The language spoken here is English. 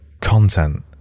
content